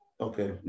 Okay